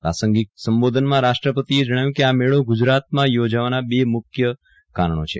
પ્રાસંગિક સંબોધનમાં રાષ્ટ્રપતિએ જણાવ્યું કે આ મેળો ગુજરાતમાં યોજવાનાં બે પ્રમુખ કારણો છે